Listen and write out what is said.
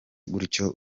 gutyo